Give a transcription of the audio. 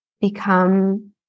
become